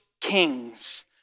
Kings